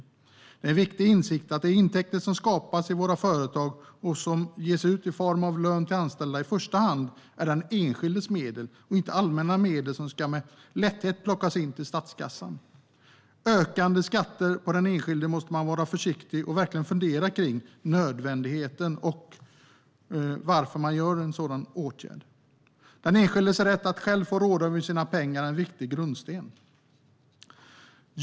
Det är en viktig insikt att de intäkter som skapas i våra företag och som ges ut i form av lön till anställda i första hand är den enskildes medel och inte allmänna medel som med lätthet ska plockas in till statskassan. Ökande skatter på den enskilde måste man vara försiktig med. Man måste verkligen fundera på nödvändigheten och varför man vidtar en sådan åtgärd. Den enskildes rätt att själv få råda över sina pengar är en viktig grundsten.